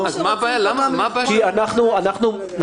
כי יכול להיות שהעד נעלם כי הוא חוזר בו מהעדות,